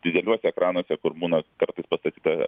dideliuose ekranuose kur būna kartais pastatyta